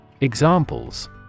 Examples